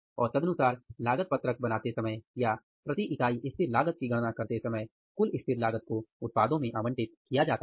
और तदनुसार लागत पत्रक बनाते समय या प्रति इकाई लागत की गणना करते समय कुल स्थिर लागत को उत्पादों में आवंटित किया जाता है